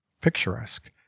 picturesque